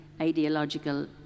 ideological